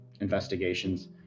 investigations